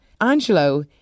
Angelo